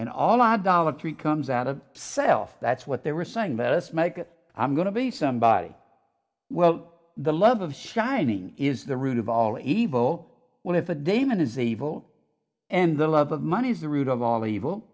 and all idolatry comes out of self that's what they were saying this make i'm going to be somebody well the love of shining is the root of all evil when if a daemon is evil and the love of money is the root of all evil